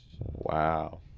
Wow